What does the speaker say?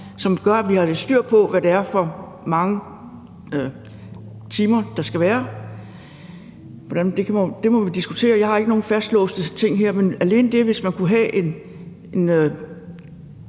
som gør, at vi har lidt styr på, hvad det er for mange timer, der skal være. Det må vi diskutere, jeg har ikke nogen fastlåste ting her, men hvis man alene kunne have en